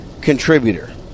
contributor